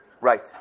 Right